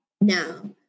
Now